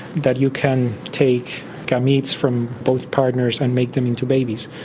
that you can take gametes from both partners and make them into babies.